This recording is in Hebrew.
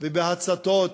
ובהצתות